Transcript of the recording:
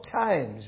times